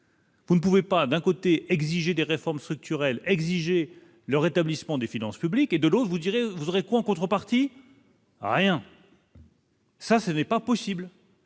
Vous ne pouvez pas d'un côté exiger des réformes structurelles, exiger le rétablissement des finances publiques et de l'eau, vous direz voudrait contrepartie rien. ça, c'est pas possible.